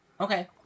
Okay